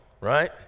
right